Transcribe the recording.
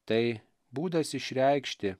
tai būdas išreikšti